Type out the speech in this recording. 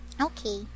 Okay